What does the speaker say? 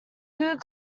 good